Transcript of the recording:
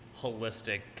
holistic